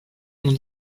ont